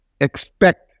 expect